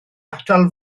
atal